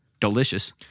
delicious